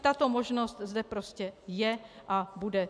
Tato možnost zde prostě je a bude.